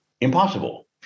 Impossible